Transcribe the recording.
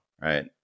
right